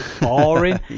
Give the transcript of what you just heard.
boring